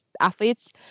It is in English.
athletes